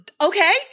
okay